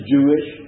Jewish